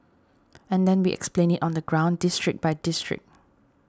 and then we explained it on the ground district by district